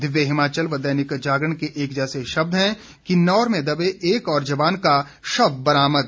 दिव्य हिमाचल व दैनिक जागरण के एक जैसे शब्द हैं किन्नौर में दबे एक और जवान का शव बरामद